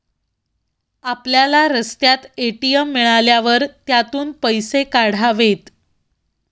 आपल्याला रस्त्यात ए.टी.एम मिळाल्यावर त्यातून पैसे काढावेत